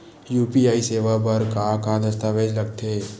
UPI सेवा बर का का दस्तावेज लगथे?